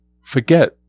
forget